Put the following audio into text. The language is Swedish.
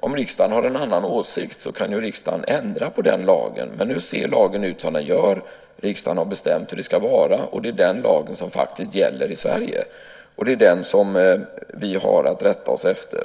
Om riksdagen har en annan åsikt kan riksdagen ändra på den lagen. Men nu ser lagen ut som den gör, och riksdagen har bestämt hur den ska vara. Det är den lagen som faktiskt gäller i Sverige, och det är den som vi har att rätta oss efter.